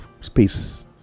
space